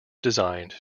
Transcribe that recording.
designed